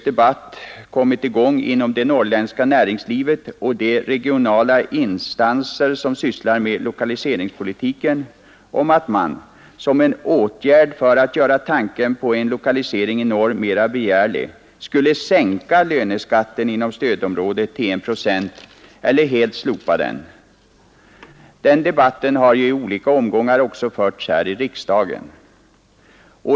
I detta läge har det inom det norrländska näringslivet och de regionala instanser som sysslar med lokaliseringspolitiken kommit i gång en seriös debatt om att man som en åtgärd för att göra tanken på en lokalisering i norr mera begärlig skulle sänka löneskatten inom stödområdet till 1 procent eller helt slopa densamma. Den debatten har i olika omgångar också förts här i riksdagen.